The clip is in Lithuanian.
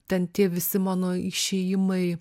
ten visi mano išėjimai